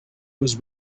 was